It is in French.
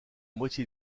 moitié